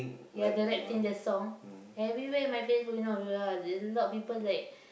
ya the rap team their song everywhere in my Facebook you know a lot people like